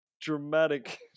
dramatic